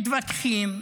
מתווכחים,